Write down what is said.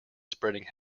spreading